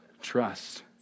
trust